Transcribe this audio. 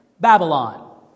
Babylon